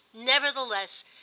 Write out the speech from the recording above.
Nevertheless